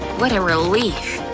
what a relief!